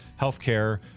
healthcare